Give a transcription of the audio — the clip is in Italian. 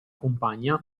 compagna